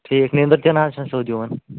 ٹھیٖک نیٚنٛدٕر تہِ نہ حظ چھَنہٕ سیوٚد یِوان